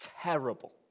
Terrible